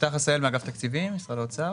יפתח עשהאל אגף תקציבים משרד האוצר.